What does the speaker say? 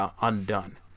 undone